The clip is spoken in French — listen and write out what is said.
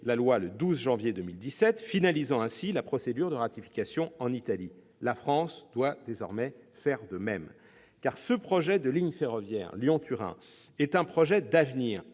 la loi le 12 janvier 2017, finalisant ainsi la procédure de ratification en Italie. La France doit désormais faire de même. Le projet de ligne ferroviaire Lyon-Turin est en effet un projet d'avenir